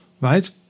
right